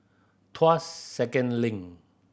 Tuas Second Link